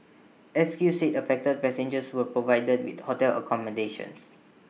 S Q said affected passengers were provided with hotel accommodation